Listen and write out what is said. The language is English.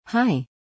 Hi